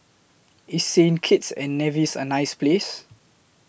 IS Saint Kitts and Nevis A nice Place